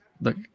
look